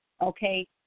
Okay